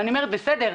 הכול בסדר,